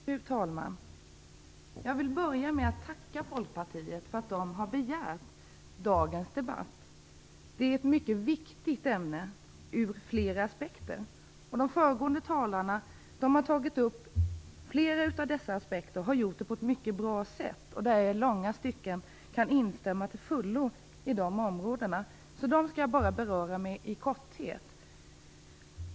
Fru talman! Jag vill börja med att tacka Folkpartiet för att de har begärt dagens debatt. Detta är ett mycket viktigt ämne ur flera aspekter. De föregående talarna har tagit upp flera av dessa aspekter, och de har gjort det på ett mycket bra sätt. Jag kan i långa stycken instämma till fullo, så jag skall bara beröra dessa områden i korthet.